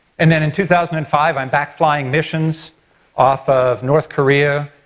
and then in two thousand and five, i'm back flying missions off of north korea,